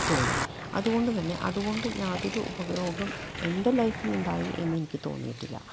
തോന്നി അതുകൊണ്ട് തന്നെ അതുകൊണ്ട് യാതൊരു ഉപയോഗം എൻ്റെ ലൈഫിൽ ഉണ്ടായി എന്നെനിക്ക് തോന്നിയിട്ടില്ല